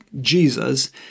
Jesus